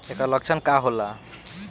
ऐकर लक्षण का होला?